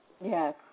Yes